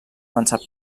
avançat